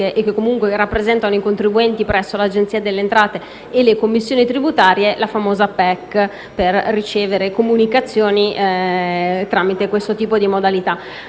e che comunque rappresentano i contribuenti presso l'Agenzia delle entrate e le commissioni tributarie, la famosa posta elettronica certificata (PEC) per ricevere comunicazioni tramite questo tipo di modalità.